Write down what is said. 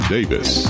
Davis